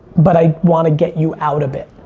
but i want to get you out of it.